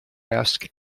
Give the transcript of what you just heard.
ask